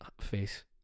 face